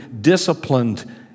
disciplined